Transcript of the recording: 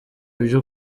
ibyo